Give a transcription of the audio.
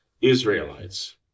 Israelites